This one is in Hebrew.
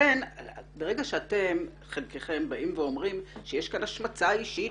ברגע שחלקכם באים ואומרים שיש כאן השמצה אישית